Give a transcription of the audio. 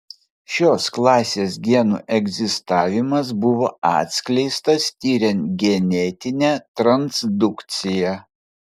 šios klasės genų egzistavimas buvo atskleistas tiriant genetinę transdukciją